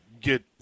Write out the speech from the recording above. get